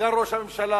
סגן ראש הממשלה,